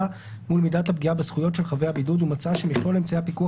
מול מידת הפגיעה בזכויות של חבי בידוד ומצאה שמכלול אמצעי הפיקוח